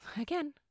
again